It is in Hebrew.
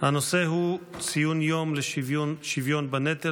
הנושא הוא ציון היום לשוויון בנטל.